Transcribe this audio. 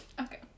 Okay